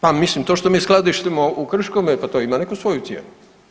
Pa mislim, to što mi skladištimo u Krškome, pa i to ima neku svoju cijenu.